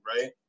right